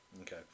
okay